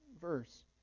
verse